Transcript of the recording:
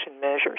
measures